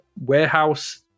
warehouse